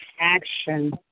action